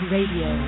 Radio